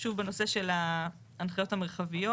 שוב בנושא של ההנחיות המרחביות.